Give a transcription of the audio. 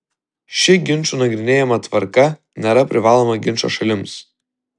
ši ginčų nagrinėjimo tvarka nėra privaloma ginčo šalims